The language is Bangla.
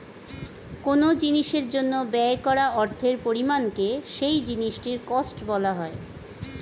কোন জিনিসের জন্য ব্যয় করা অর্থের পরিমাণকে সেই জিনিসটির কস্ট বলা হয়